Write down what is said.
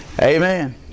Amen